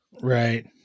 Right